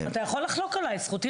כשתהיי